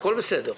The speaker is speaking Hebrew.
הכול בסדר.